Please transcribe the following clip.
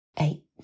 Eight